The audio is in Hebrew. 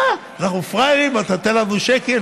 מה, אנחנו פראיירים, אתה נותן לנו שקל?